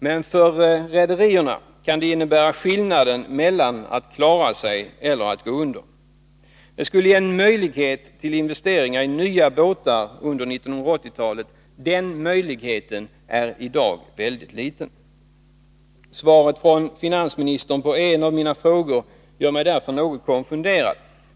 Men för rederierna kan det innebära skillnaden mellan att klara sig eller att gå under. Det skulle ge en möjlighet till investeringar i nya båtar under 1980-talet. Den möjligheten är i dag väldigt liten. Svaret från finansministern på en av mina frågor gör mig därför något konfunderad.